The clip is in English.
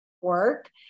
work